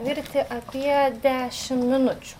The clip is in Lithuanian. virti apie dešim minučių